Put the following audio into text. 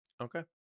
Okay